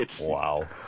Wow